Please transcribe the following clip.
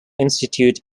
institute